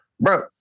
bro